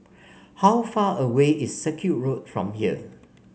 how far away is Circuit Road from here